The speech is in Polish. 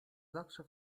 zawsze